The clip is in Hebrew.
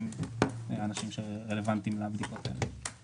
שהם האנשים הרלוונטיים לבדיקות הללו.